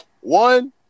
one